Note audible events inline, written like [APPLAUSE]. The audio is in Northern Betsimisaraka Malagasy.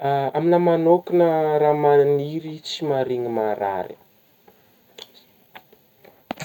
[HESITATION] Aminah manôkagna raha magniry tsy maharegny maharary.